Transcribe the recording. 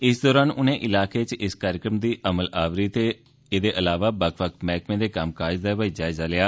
इस दौरान उनें ईलाकें च इस कार्यक्रम दी अमलावरी दे अलावा बक्ख बक्ख मैहकमें दे कम्म काज दा बी जायजा लेआ